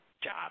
job